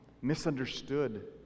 misunderstood